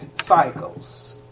cycles